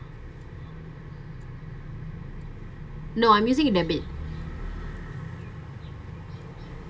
no I'm using a debit